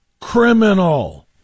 criminal